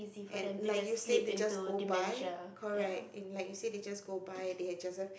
and like you say they just go buy correct and like you say they just go buy they had just